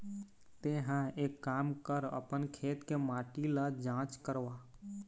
तेंहा एक काम कर अपन खेत के माटी ल जाँच करवा